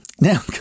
Now